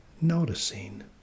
noticing